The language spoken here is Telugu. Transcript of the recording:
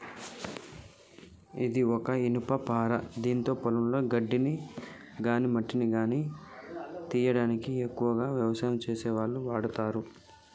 ఇది ఒక ఇనుపపార గిదాంతో పొలంలో గడ్డిని గాని మట్టిని గానీ తీయనీకి ఎక్కువగా వ్యవసాయం చేసేటోళ్లు వాడతరు